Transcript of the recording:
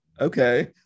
okay